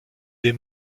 des